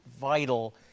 vital